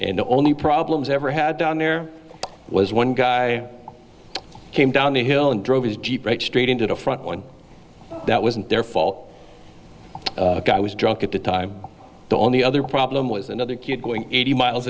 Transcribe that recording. and the only problems ever had down there was one guy came down the hill and drove his jeep straight into the front one that wasn't their fault i was drunk at the time the only other problem was another kid going eighty miles